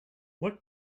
what